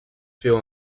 fuel